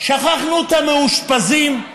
שכחנו את המאושפזים.